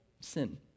sin